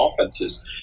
offenses